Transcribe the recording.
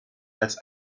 als